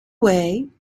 way